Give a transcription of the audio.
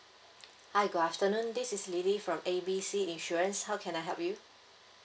hi good afternoon this is lily from A B C insurance how can I help you